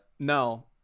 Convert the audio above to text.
No